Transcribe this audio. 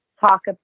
talk